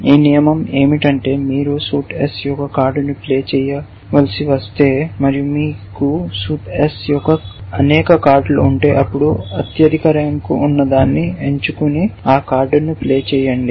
ఈ నియమం ఏమిటంటే మీరు సూట్ S యొక్క కార్డును ప్లే చేయవలసి వస్తే మరియు మీకు సూట్ S యొక్క అనేక కార్డులు ఉంటే అప్పుడు అత్యధిక ర్యాంక్ ఉన్నదాన్ని ఎంచుకుని ఆ కార్డును ప్లే చేయండి